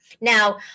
Now